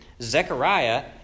Zechariah